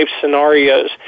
scenarios